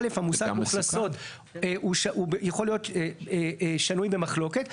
א' המושג מאוכלסות הוא יכול להיות שנוי במחלוקת.